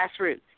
grassroots